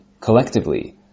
collectively